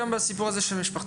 גם בסיפור הזה של משפחתונים.